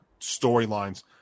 storylines